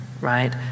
right